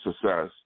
success